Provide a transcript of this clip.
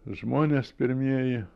žmonės pirmieji